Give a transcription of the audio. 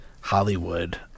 Hollywood